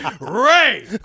ray